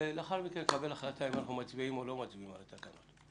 ולאחר מכן נקבל החלטה אם אנחנו מצביעים או לא מצביעים על התקנות.